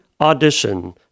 audition